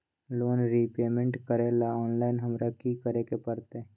Loan repayment करेला online हमरा की करे के परतई?